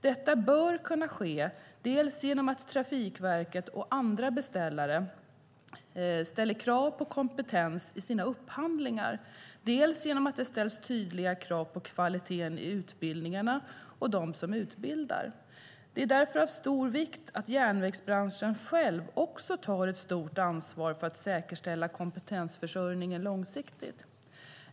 Detta bör kunna ske dels genom att Trafikverket och andra beställare ställer krav på kompetens i sina upphandlingar, dels genom att det ställs tydliga krav på kvaliteten i utbildningarna och hos dem som utbildar. Det är därför av stor vikt att järnvägsbranschen själv också tar ett stort ansvar för att säkerställa kompetensförsörjningen långsiktigt.